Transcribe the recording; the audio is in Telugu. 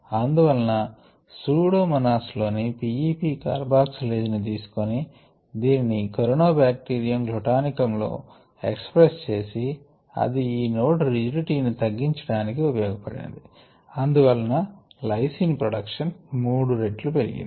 అందువలన సూడోమోనాస్ లోని P E P కార్బాక్సిలేజ్ ని తీసుకొని దీనిని కొరినో బాక్టీరియం గ్లుటానికం లో ఎక్స్ప్రెస్ చేసి అది ఈ నోడ్ రిజిడిటీ ని తగ్గించడానికి ఉపయోగపడినది అందువలన లైసిన్ ప్రొడక్షన్ 3 రేట్లు పెరిగింది